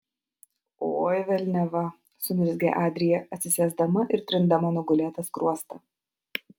oi velniava suniurzgė adrija atsisėsdama ir trindama nugulėtą skruostą